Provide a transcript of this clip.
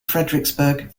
fredericksburg